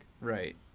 right